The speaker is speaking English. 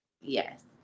Yes